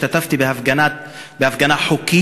השתתפתי בהפגנה חוקית,